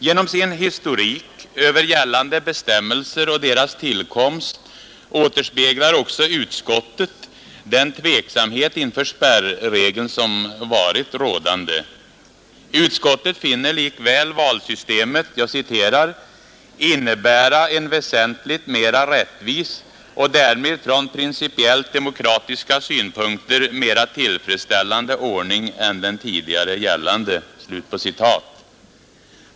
Genom sin historik över gällande bestämmelser och deras tillkomst återspeglar också utskottet den tveksamhet inför spärregeln som varit rådande. Utskottet finner likväl valsystemet ”innebära en väsentligt mera rättvis och därmed från principiellt demokratiska synpunkter mera tillfredsställande ordning än den tidigare gällande”.